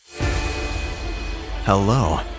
Hello